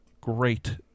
great